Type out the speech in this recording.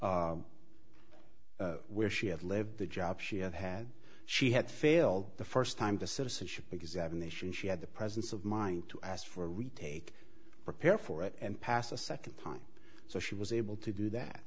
detail where she had lived the job she had had she had failed the first time to citizenship examination she had the presence of mind to ask for a retake prepare for it and pass a second time so she was able to do that